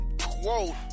Quote